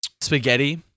Spaghetti